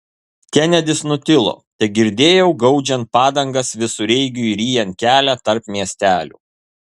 kenedis nutilo tegirdėjau gaudžiant padangas visureigiui ryjant kelią tarp miestelių